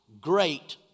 great